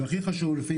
הכי חשוב, לפי